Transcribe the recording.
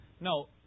No